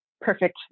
Perfect